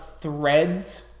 threads